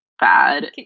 bad